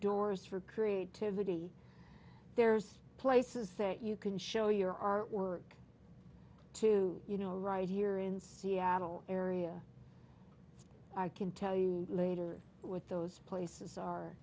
doors for creativity there's places that you can show your art work to you know right here in seattle area i can tell you later with those places are